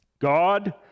God